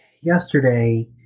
yesterday